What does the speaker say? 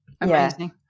Amazing